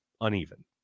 uneven